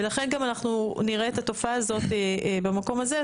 ולכן גם אנחנו נראה את התופעה הזאת במקום הזה.